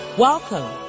Welcome